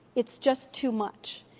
it's just too much,